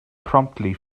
promptly